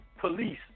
police